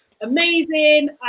Amazing